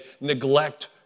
neglect